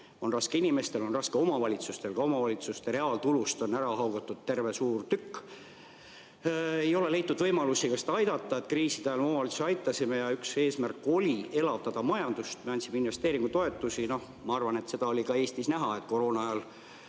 on raske inimestel, on raske omavalitsustel. Ka omavalitsuste reaaltulust on ära haugatud terve suur tükk, ei ole leitud võimalusi aidata. Kriiside ajal me omavalitsusi aitasime ja üks eesmärk oli elavdada majandust, me andsime investeeringutoetusi. Noh, ma arvan, et seda oli ka Eestis näha, et koroonaajal